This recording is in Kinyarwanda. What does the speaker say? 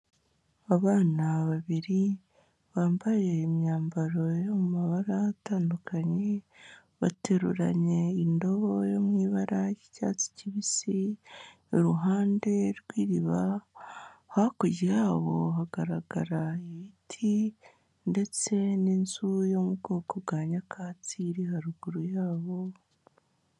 Abana babiri, bambaye imyambaro yo mu mabara atandukanye, bateruranye indobo yo mu ibara ry'icyatsi kibisi, iruhande rw'iriba hakurya yabo hagaragara ibiti ndetse n'inzu yo mu bwoko bwa nyakatsi iri haruguru yabo.